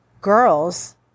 girls